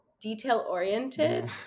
detail-oriented